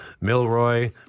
Milroy